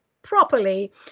properly